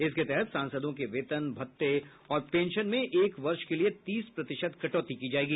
इसके तहत सांसदों के वेतन भत्ते और पेंशन में एक वर्ष के लिए तीस प्रतिशत कटौती की जाएगी